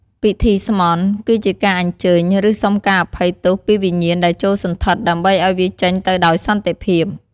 ពិធី "ស្មន់" គឺជាការអញ្ជើញ ឬសុំការអភ័យទោសពីវិញ្ញាណដែលចូលសណ្ឋិត ដើម្បីឲ្យវាចេញទៅដោយសន្តិភាព។